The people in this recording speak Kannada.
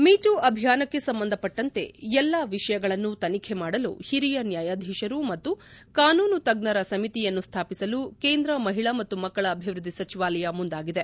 ಮಿ ಟೂ ಚಳವಳಿಗೆ ಸಂಬಂಧಪಟ್ಟಂತೆ ಎಲ್ಲಾ ವಿಷಯಗಳನ್ನು ತನಿಖೆ ಮಾಡಲು ಹಿರಿಯ ನ್ಯಾಯಾಧೀಶರು ಮತ್ತು ಕಾನೂನು ತಜ್ಜರ ಸಮಿತಿಯನ್ನು ಸ್ಥಾಪಿಸಲು ಕೇಂದ್ರ ಮಹಿಳಾ ಮತ್ತು ಮಕ್ಕಳ ಅಭಿವೃದ್ಧಿ ಸಚಿವಾಲಯ ಮುಂದಾಗಿದೆ